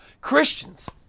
Christians